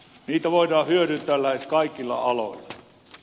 niitä voidaan hyödyntää lähes kaikilla aloilla